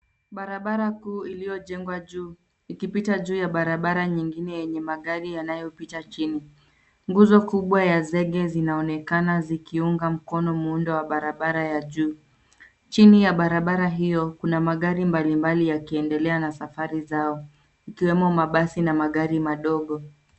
Barabara kuu iliyojengwa juu, ikipita juu ya barabara nyingine yenye magari yanayopita chini. Nguzo kubwa ya zege zinaonekana zikiunga mkono muundo wa barabara ya juu. Chini ya barabara hio, kuna magari mbalimbali yakiendelea na safari zao ikiwemo mabasi na magari madogo.